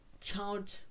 child